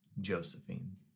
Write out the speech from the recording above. Josephine